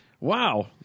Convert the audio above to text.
Wow